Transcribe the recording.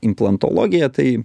implantologija tai